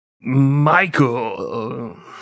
Michael